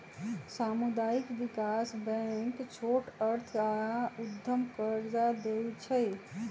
सामुदायिक विकास बैंक छोट अर्थ आऽ उद्यम कर्जा दइ छइ